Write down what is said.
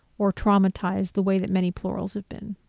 or traumatized the way that many plurals have been.